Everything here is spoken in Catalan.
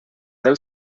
del